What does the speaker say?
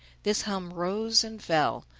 this hum rose and fell,